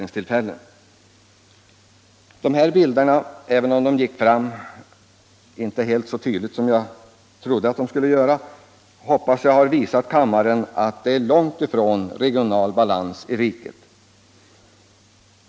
Jag hoppas att de här bilderna —- även om de inte återges på TV skärmen fullt så tydligt som jag hade hoppats — ändå har visat kammaren att det långt ifrån råder regional balans i riket.